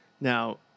Now